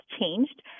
changed